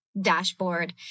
dashboard